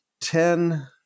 Ten